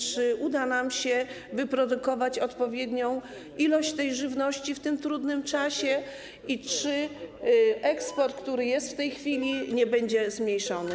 Czy uda nam się wyprodukować odpowiednią ilość żywności w tym trudnym czasie i czy eksport, który jest w tej chwili, nie będzie zmniejszony?